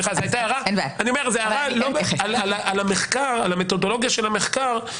זאת הערה לא על המתודולוגיה של המחקר.